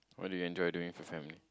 what do you enjoy doing with your family